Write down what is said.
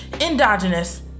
Endogenous